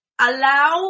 allow